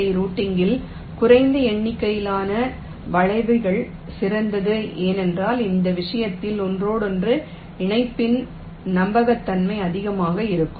ஐ ரூட்டிங்கில் குறைந்த எண்ணிக்கையிலான வளைவுகள் சிறந்தது ஏனென்றால் அந்த விஷயத்தில் ஒன்றோடொன்று இணைப்பின் நம்பகத்தன்மை அதிகமாக இருக்கும்